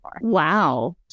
Wow